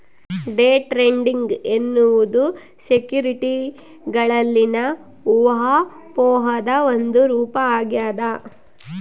day trading ಎನ್ನುವುದು ಸೆಕ್ಯುರಿಟಿಗಳಲ್ಲಿನ ಊಹಾಪೋಹದ ಒಂದು ರೂಪ ಆಗ್ಯದ